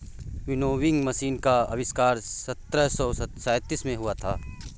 winnowing machine का आविष्कार सत्रह सौ सैंतीस में हुआ था